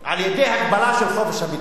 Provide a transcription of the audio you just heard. על-ידי הגבלה של חופש הביטוי,